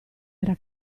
era